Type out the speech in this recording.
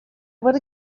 would